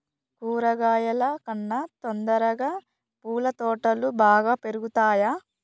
కూరగాయల కన్నా తొందరగా పూల తోటలు బాగా పెరుగుతయా?